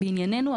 בענייננו,